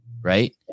Right